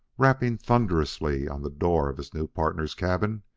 rapping thunderously on the door of his new partners' cabin,